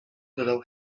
dodał